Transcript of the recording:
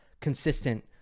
consistent